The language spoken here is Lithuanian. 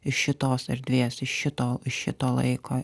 iš šitos erdvės iš šito iš šito laiko